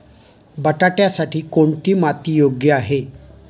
बटाट्यासाठी कोणती माती योग्य आहे?